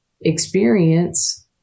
experience